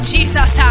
Jesus